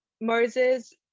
Moses